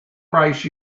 price